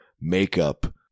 makeup